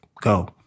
Go